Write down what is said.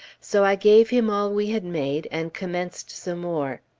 so i gave him all we had made, and commenced some more.